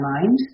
mind